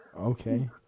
Okay